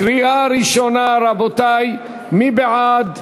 קריאה ראשונה, רבותי, מי בעד?